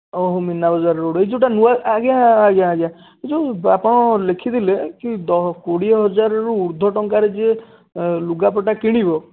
ଓହୋ ମିନା ବଜାର ରୋଡ଼୍ ଏଇ ଯେଉଁଟା ନୂଆ ଆଜ୍ଞା ଆଜ୍ଞା ଆଜ୍ଞା ଏଇ ଯେଉଁ ଆପଣ ଲେଖିଥିଲେ କି ଦ କୋଡିଏ ହଜାରରୁ ଉର୍ଦ୍ଧ୍ଵ ଟଙ୍କାରେ ଯିଏ ଲୁଗା ପଟା କିଣିବ